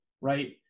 right